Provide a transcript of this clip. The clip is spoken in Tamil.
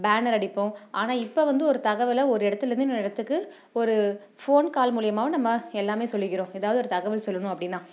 பேனர் அடிப்போம் ஆனால் இப்போ வந்து ஒரு தகவலை ஒரு இடத்துலேர்ந்து இன்னொரு இடத்துக்கு ஒரு ஃபோன் கால் மூலிமாவும் நம்ம எல்லாமே சொல்லிக்கிறோம் ஏதாவது ஒரு தகவல் சொல்லணும் அப்படின்னா